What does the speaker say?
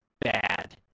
bad